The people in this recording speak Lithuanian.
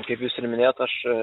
kaip jūs ir minėjot aš